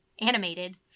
animated